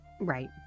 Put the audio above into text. right